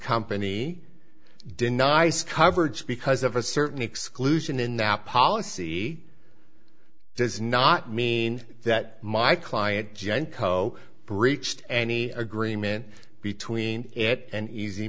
company denies coverage because of a certain exclusion in that policy does not mean that my client genco breached any agreement between it and easy